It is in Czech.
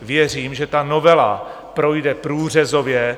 Věřím, že ta novela projde průřezově.